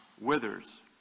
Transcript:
withers